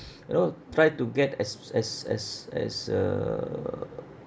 you know try to get as as as as uh